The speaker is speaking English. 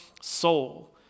soul